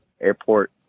airport